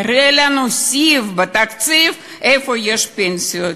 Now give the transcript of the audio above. תראה לנו סעיף בתקציב, איפה יש פנסיות.